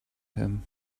him